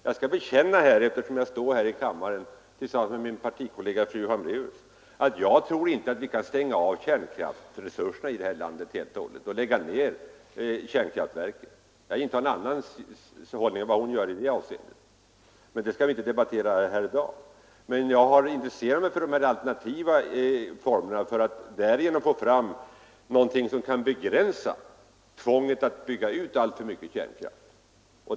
Jag skall bekänna, eftersom jag står här i kammaren tillsammans med min partikollega fru Hambraeus, att jag tror inte att vi kan avvara kärnkraftresurserna helt och hållet i det här landet och lägga ner kärnkraftverken. Jag intar en annan hållning än fru Hambraeus i det avseendet, men det skall vi inte debattera nu. Jag har emellertid intresserat mig för alternativa kraftkällor för att få fram någonting som kan begränsa tvånget att bygga alltför många kärnkraftverk.